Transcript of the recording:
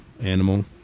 animal